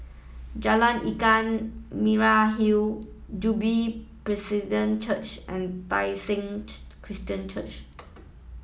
Jalan Ikan Merah Hill Jubilee Church and Tai Seng Christian Church